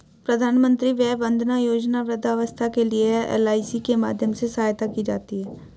प्रधानमंत्री वय वंदना योजना वृद्धावस्था के लिए है, एल.आई.सी के माध्यम से सहायता की जाती है